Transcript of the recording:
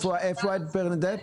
אני